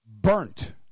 burnt